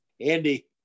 Andy